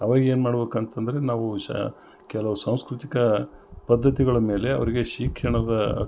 ಅವಾಗ ಏನು ಮಾಡ್ಬೇಕಂತಂದ್ರೆ ನಾವೂ ಸಹ ಕೆಲವು ಸಾಂಸ್ಕೃತಿಕ ಪದ್ದತಿಗಳ ಮೇಲೆ ಅವರಿಗೆ ಶಿಕ್ಷಣದ